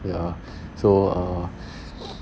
ya so err